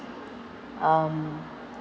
um